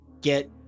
get